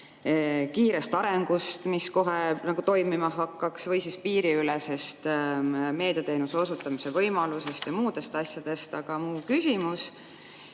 kiirest arengust, mis kohe toimima hakkaks, või piiriülesest meediateenuste osutamise võimalusest ja muudest asjadest. Aga mu küsimus